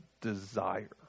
desire